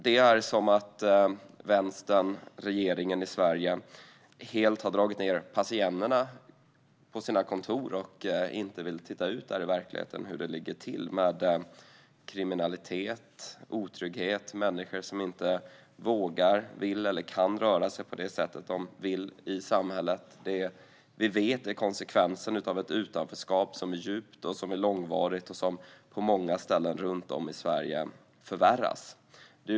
Det är som att Vänstern och regeringen i Sverige helt har dragit ned persiennerna på sina kontor och inte vill titta ut i verkligheten för att se hur det ligger till med kriminalitet, otrygghet och människor som inte vågar, vill eller kan röra sig i samhället på det sätt som de önskar. Vi vet att detta är konsekvensen av ett utanförskap som är djupt och långvarigt och som på många ställen runt om i Sverige förvärras.